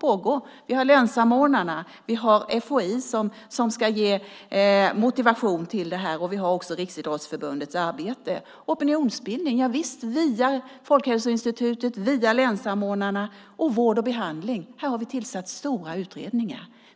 pågår. Vi har länssamordnarna, vi har FHI som ska ge motivation till det här och vi har också Riksidrottsförbundets arbete. Opinionsbildning - javisst, det sker via Folkhälsoinstitutet, via länssamordnarna och vård och behandling. Här har vi tillsatt stora utredningar.